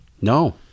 No